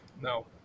No